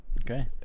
Okay